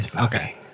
okay